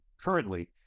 currently